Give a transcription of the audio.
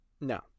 No